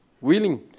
willing